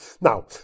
Now